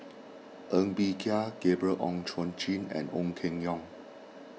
Ng Bee Kia Gabriel Oon Chong Jin and Ong Keng Yong